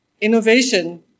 Innovation